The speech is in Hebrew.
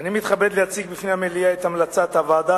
אני מתכבד להציג בפני המליאה את המלצת הוועדה